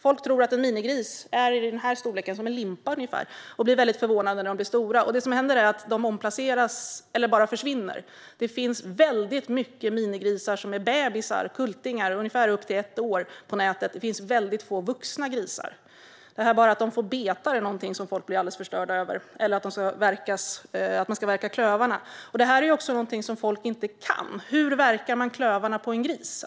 Folk tror att minigrisar har ungefär samma storlek som en limpa och blir väldigt förvånade när de blir stora. Det som händer är att grisarna omplaceras eller bara försvinner. Det finns väldigt många minigrisar på nätet som är bebisar, kultingar, ungefär upp till ett år, men det finns väldigt få vuxna grisar. Bara att de får betar är någonting som folk blir alldeles förstörda över, eller att man ska verka klövarna. Det är också någonting som folk inte kan. Hur verkar man klövarna på en gris?